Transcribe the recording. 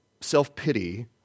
self-pity